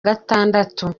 gatandatu